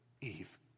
Eve